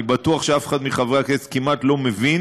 אני בטוח שאף אחד מחברי הכנסת כמעט לא מבין עם